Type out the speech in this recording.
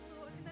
Lord